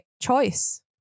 choice